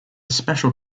special